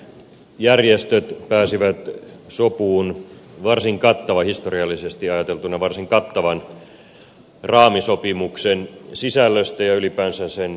työmarkkinajärjestöt pääsivät sopuun historiallisesti ajateltuna varsin kattavan raamisopimuksen sisällöstä ja ylipäänsä sen toteuttamisesta